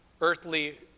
earthly